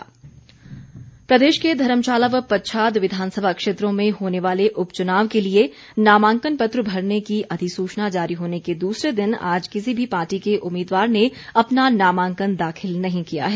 नामांकन प्रदेश के धर्मशाला व पच्छाद विधानसभा क्षेत्रों में होने वाले उपच्नाव के लिए नामांकन पत्र भरने की अधिसूचना जारी होने के दूसरे दिन आज किसी भी पार्टी के उम्मीदवार ने अपना नामांकन दााखिल नहीं किया है